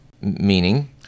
Meaning